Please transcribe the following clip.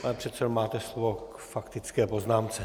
Pane předsedo, máte slovo k faktické poznámce.